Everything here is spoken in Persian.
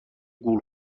گول